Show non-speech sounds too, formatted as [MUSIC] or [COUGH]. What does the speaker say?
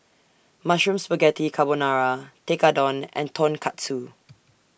Mushroom Spaghetti Carbonara Tekkadon and Tonkatsu [NOISE]